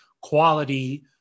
quality